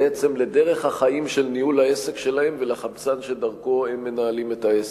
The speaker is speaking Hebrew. בעצם לדרך החיים של ניהול העסק שלהם ולחמצן שדרכו הם מנהלים את העסק.